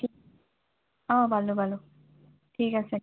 অঁ পালোঁ পালোঁ ঠিক আছে